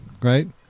right